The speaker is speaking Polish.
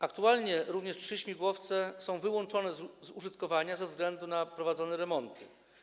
Aktualnie również trzy śmigłowce są wyłączone z użytkowania ze względu na prowadzone remonty.